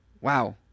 wow